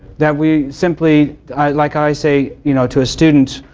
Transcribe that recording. that we simply like i say, you know to a student,